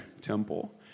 temple